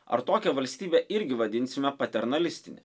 ar tokią valstybę irgi vadinsime paternalistine